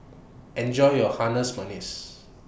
Enjoy your Manis